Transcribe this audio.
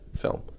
film